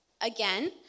Again